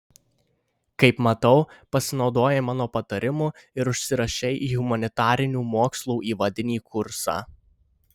kaip matau pasinaudojai mano patarimu ir užsirašei į humanitarinių mokslų įvadinį kursą